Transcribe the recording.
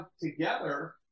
together